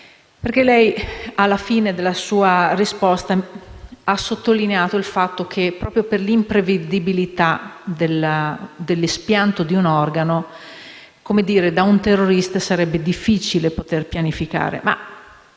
Lei, alla fine della sua risposta, ha sottolineato il fatto che proprio per l'imprevedibilità dell'espianto di un organo per un terrorista sarebbe difficile pianificare.